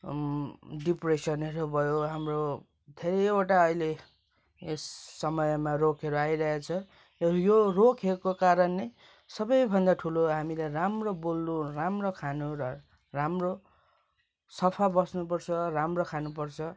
डिप्रेसनहरू भयो हाम्रो धेरैवटा अहिले यस समयमा रोगहरू आइरहेको छ तर यो रोगहरूको कारण नै सबैभन्दा ठुलो हामीलाई राम्रो बोल्नु राम्रो खानु र राम्रो सफा बस्नुपर्छ र राम्रो खानुपर्छ